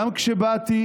גם כשבאתי